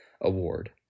award